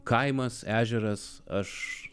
kaimas ežeras aš